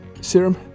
serum